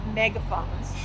megaphones